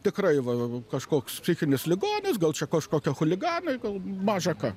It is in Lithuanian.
tikrai va kažkoks psichinis ligonis gal čia kažkokie chuliganai gal maža ką